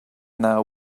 now